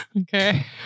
Okay